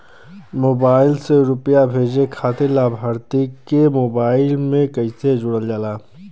Mobile से रूपया भेजे खातिर लाभार्थी के मोबाइल मे कईसे जोड़ल जाला?